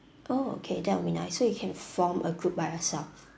oh okay that would be nice so you can form a group by yourself